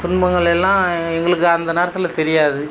துன்பங்கள் எல்லாம் எங்களுக்கு அந்த நேரத்தில் தெரியாது